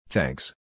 Thanks